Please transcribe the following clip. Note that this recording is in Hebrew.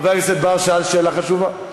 חבר הכנסת בר שאל שאלה חשובה.